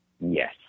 Yes